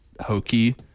hokey